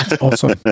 Awesome